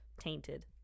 tainted